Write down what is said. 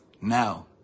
Now